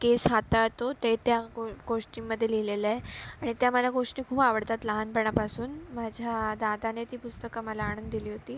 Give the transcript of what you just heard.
केस हाताळतो ते त्या गो गोष्टीमध्ये लिहिलेलं आहे आणि त्या मला गोष्टी खूप आवडतात लहानपणापासून माझ्या दादाने ती पुस्तकं मला आणून दिली होती